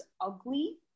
ugly